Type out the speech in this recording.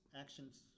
actions